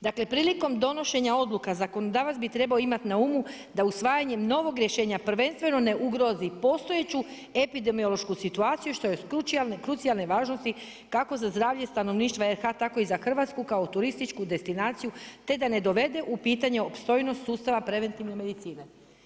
Dakle, prilikom donošenja odluka zakonodavac bi trebao imati na umu da usvajanjem novog rješenja prvenstveno ne ugrozi postojeću epidemiološku situaciju što je od krucijalni važnosti kako za zdravlje stanovništva RH tako i za Hrvatsku kao turističku destinaciju, te da ne dovede u pitanje opstojnost sustava preventivne medicine.